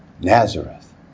Nazareth